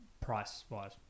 price-wise